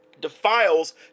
defiles